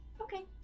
Okay